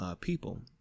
people